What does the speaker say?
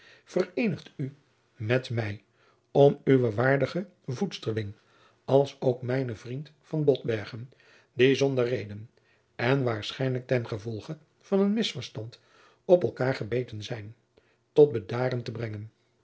vereenig u met mij om uwen waardigen voedsterling als ook mijnen vriend van botbergen die zonder reden en waarschijnlijk ten gevolge van een misverstand op elkaêr gebeten zijn tot bedaren te brengen